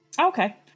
Okay